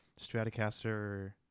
Stratocaster